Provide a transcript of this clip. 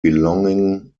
belonging